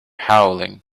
howling